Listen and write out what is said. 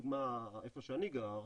לדוגמה איפה שאני גר,